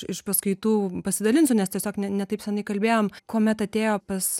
iš paskaitų pasidalinsiu nes tiesiog ne taip seniai kalbėjom kuomet atėjo pas